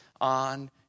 on